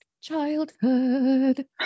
Childhood